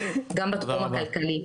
גם בתחום הכלכלי.